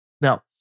Now